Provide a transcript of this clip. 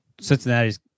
Cincinnati's